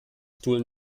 stuhl